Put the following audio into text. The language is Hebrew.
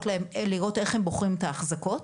לראות איך הם בוחרים את האחזקות.